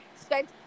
spent